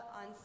on